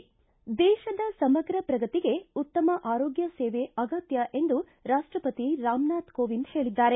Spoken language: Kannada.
ದೇಶದ ಸಮಗ್ರ ಪ್ರಗತಿಗೆ ಉತ್ತಮ ಆರೋಗ್ಯ ಸೇವೆ ಅಗತ್ಯ ಎಂದು ರಾಷ್ಟಪತಿ ರಾಮ್ನಾಥ್ ಕೋವಿಂದ್ ಹೇಳಿದ್ದಾರೆ